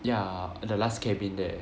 ya the last cabin there